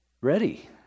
ready